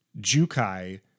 Jukai